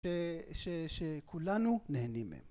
שכולנו נהנים מהם